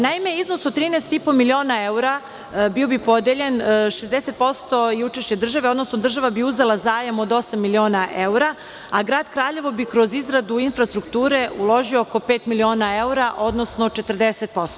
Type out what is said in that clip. Naime, iznos od 13,5 miliona evra bio bi podeljen 60% i učešća države, odnosno država bi uzela zajam od osam miliona evra, a grad Kraljevo bi kroz izradu infrastrukture uložio oko pet miliona evra, odnosno 40%